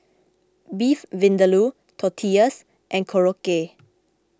Beef Vindaloo Tortillas and Korokke